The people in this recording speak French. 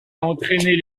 entraîner